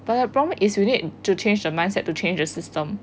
but the problem is we need to change the mindset to change the system